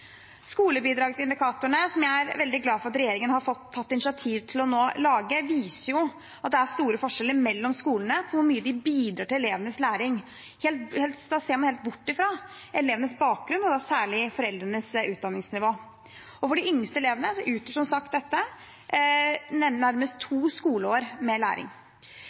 Skolebidragsindikatorene, som jeg er veldig glad for at regjeringen har tatt initiativ til å lage, viser at det er store forskjeller mellom skolene på hvor mye de bidrar til elevenes læring. Da ser man helt bort fra elevenes bakgrunn – og da særlig foreldrenes utdanningsnivå. For de yngste elevene utgjør som sagt dette nærmest to skoleår med læring.